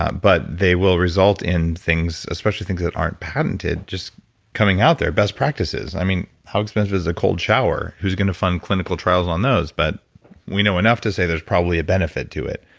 but they will result in things, especially things that aren't patented just coming out there. best practices. i mean how expensive is a cool shower. who's going to fund clinical trials on those? but we know enough to say there's probably a benefit to it.